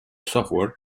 software